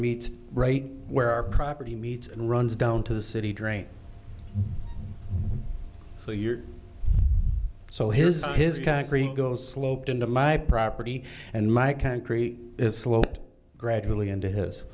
meets right where our property meets and runs down to the city drain so your so his his concrete goes sloped into my property and my country is sloped gradually into his